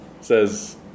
says